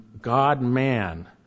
God-man